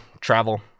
travel